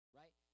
right